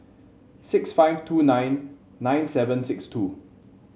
six five two nine nine seven six two